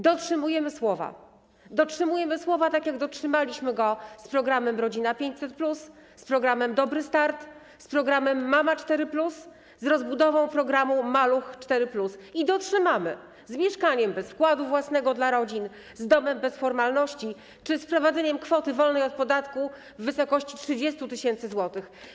Dotrzymujemy słowa, dotrzymujemy słowa, tak jak dotrzymaliśmy go z programem „Rodzina 500+”, z programem „Dobry start”, z programem „Mama 4+”, z rozbudową programu „Maluch+”, i dotrzymamy z mieszkaniem bez wkładu własnego dla rodzin, z domem bez formalności czy z wprowadzeniem kwoty wolnej od podatku w wysokości 30 tys. zł.